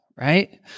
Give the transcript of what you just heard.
right